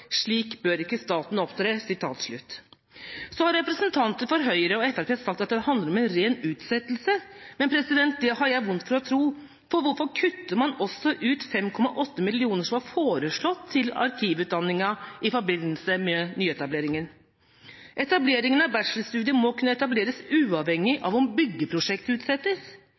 Slik bør ikke staten opptre!» Så har representanter for Høyre og Fremskrittspartiet sagt at dette handler om en ren utsettelse. Men det har jeg vondt for å tro, for hvorfor kutter man også ut 5,8 mill. kr, som var foreslått til arkivutdanningen i forbindelse med nyetableringen? Etablering av bachelorstudiet må kunne skje uavhengig av om byggeprosjektet utsettes.